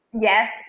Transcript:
Yes